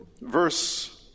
Verse